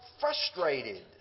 frustrated